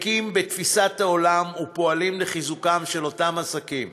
דבקים בתפיסת העולם ופועלים לחיזוקם של אותם עסקים,